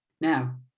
Now